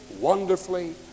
wonderfully